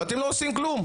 ואתם לא עושים כלום.